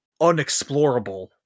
unexplorable